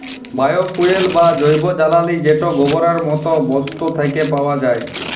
bio fuel বা জৈব জ্বালালী যেট গোবরের মত বস্তু থ্যাকে পাউয়া যায়